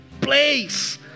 place